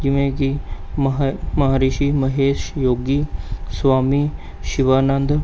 ਜਿਵੇਂ ਕਿ ਮਹਿ ਮਹਾਂਰਿਸ਼ੀ ਮਹੇਸ਼ ਯੋਗੀ ਸਵਾਮੀ ਸ਼ਿਵਾਨੰਦ